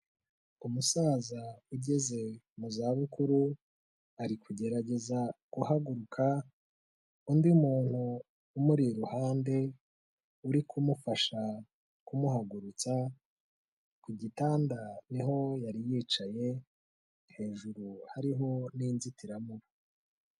Umusaza ugeze mu zabukuru ari kugerageza guhaguruka, undi muntu umuri iruhande uri kumufasha kumuhagurutsa, ku gitanda niho yari yicaye, hejuru hariho n'inzitiramubu.